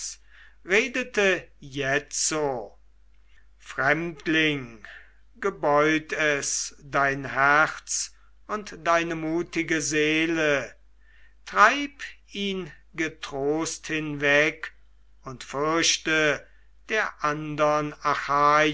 jetzo fremdling gebeut es dein herz und deine mutige seele treib ihn getrost hinweg und fürchte der andern